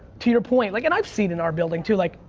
to your point, like, and i've seen in our building, too, like,